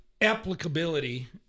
Applicability